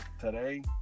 today